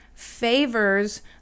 favors